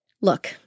Look